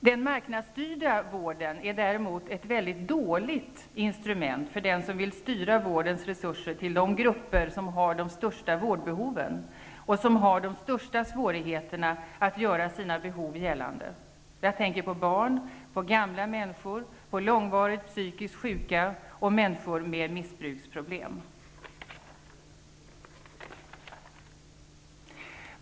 Den marknadsstyrda vården är däremot ett väldigt dåligt instrument för den som vill styra vårdens resurser till de grupper som har de största vårdbehoven och de största svårigheterna att göra sina behov gällande. Jag tänker på barn, gamla, långvarigt pyskiskt sjuka och människor med missbruksproblem.